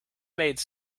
made